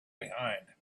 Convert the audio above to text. behind